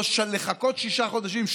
ולא לחכות שישה חודשים.